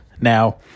now